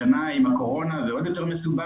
השנה עם הקורונה זה עוד יותר מסובך.